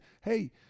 hey